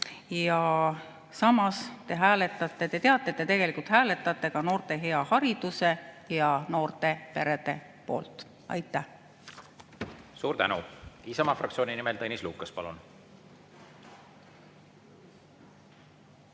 Samas te teate, et te tegelikult hääletate ka noorte hea hariduse ja noorte perede poolt. Aitäh! Suur tänu! Isamaa fraktsiooni nimel Tõnis Lukas, palun!